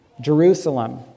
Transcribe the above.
jerusalem